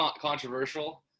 controversial